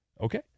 Okay